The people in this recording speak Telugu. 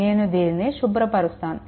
నేను దీనిని శుభ్రపరుస్తాను